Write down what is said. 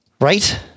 Right